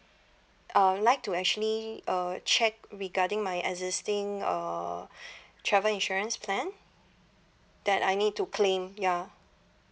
I'd like to actually uh check regarding my existing uh travel insurance plan that I need to claim ya